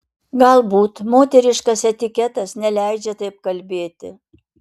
galbūt moteriškas etiketas neleidžia taip kalbėti